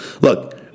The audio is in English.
Look